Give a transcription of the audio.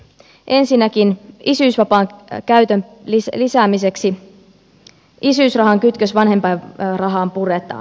ensinnäkin isyysvapaan käytön lisäämiseksi isyysrahan kytkös vanhempainrahaan puretaan